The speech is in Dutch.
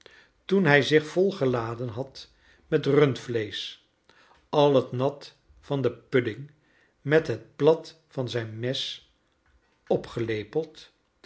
toen hij zich volgeladen had met rundvleesch al het nat van den pudding met het plat van zijn mes opgelepeld